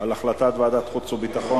על החלטת ועדת החוץ והביטחון,